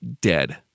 dead